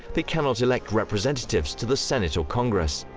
they cannot elect representatives to the senate or congress.